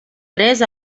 tres